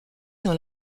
dans